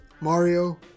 mario